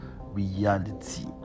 reality